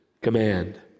command